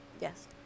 Yes